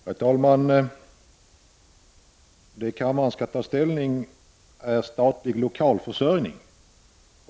Herr talman! Det kammaren skall ta ställning till är frågor om statlig lokalförsörjning.